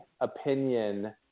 opinion